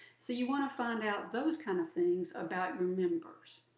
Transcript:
so you want to find out those kind of things about your members.